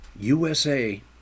USA